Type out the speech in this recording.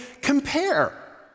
compare